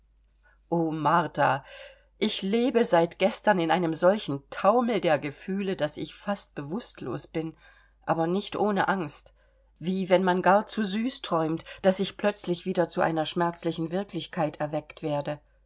martha ich lebe seit gestern in einem solchen taumel der gefühle daß ich fast bewußtlos bin aber nicht ohne angst wie wenn man gar zu süß träumt daß ich plötzlich wieder zu einer schmerzlichen wirklichkeit erweckt werde